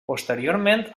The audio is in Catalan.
posteriorment